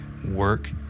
work